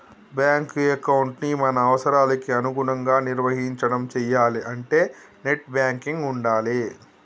bank ఎకౌంటుని మన అవసరాలకి అనుగుణంగా నిర్వహించడం చెయ్యాలే అంటే నెట్ బ్యాంకింగ్ ఉండాలే